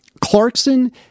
Clarkson